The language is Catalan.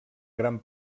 gran